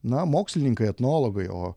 na mokslininkai etnologai o